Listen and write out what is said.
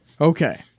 Okay